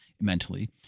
mentally